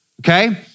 okay